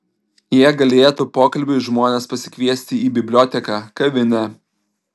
jie galėtų pokalbiui žmones pasikviesti į biblioteką kavinę